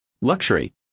Luxury